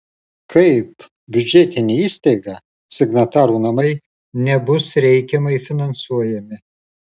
kaip biudžetinė įstaiga signatarų namai nebus reikiamai finansuojami